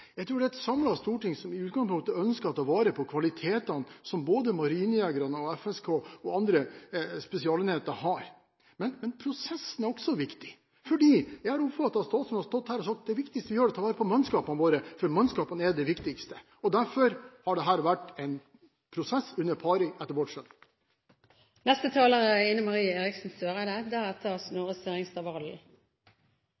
Jeg tror det er et samlet storting som i utgangspunktet ønsker å ta vare på kvalitetene som både marinejegerne og FSK og andre spesialenheter har. Men prosessen er også viktig. Jeg har oppfattet at statsråden har stått her og sagt at det viktigste vi gjør er å ta vare på mannskapene våre, for mannskapene er det viktigste. Derfor har dette – etter vårt skjønn – vært en prosess under pari.